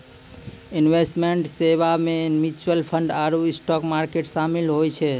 investment सेबा मे mutual fund आरु स्टाक मार्केट शामिल होय छै